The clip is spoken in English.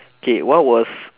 K what was